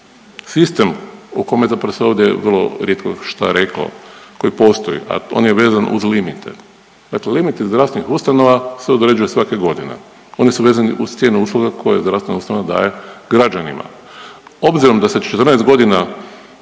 sistem o kome zapravo se ovdje vrlo rijetko šta reklo koji postoji, a on je vezan uz limite, dakle limiti zdravstvenih ustanova se određuje svake godine, oni su vezani uz cijenu usluga koje zdravstvena ustanova daje građanima. Obzirom da se 14 godina